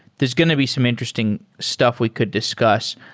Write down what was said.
there's going to be some interesting stuff we could discuss.